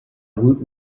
woot